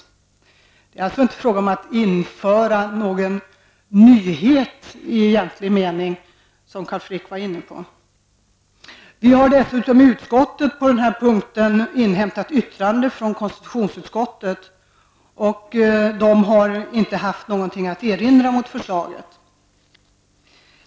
Det är alltså i egentlig mening inte fråga om att införa någon nyhet, vilket ju Carl Frick var inne på. Utskottet har dessutom inhämtat yttrande från konstitutionsutskottet, som inte har haft någonting att erinra mot förslaget.